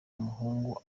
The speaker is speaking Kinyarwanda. umuhungu